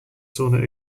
sauna